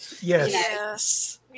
Yes